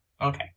Okay